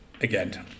again